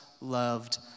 loved